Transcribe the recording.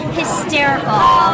hysterical